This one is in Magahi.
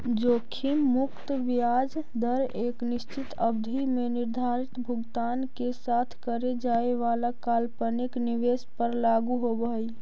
जोखिम मुक्त ब्याज दर एक निश्चित अवधि में निर्धारित भुगतान के साथ करे जाए वाला काल्पनिक निवेश पर लागू होवऽ हई